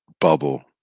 bubble